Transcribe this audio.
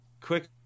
Quick